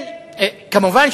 כמובן,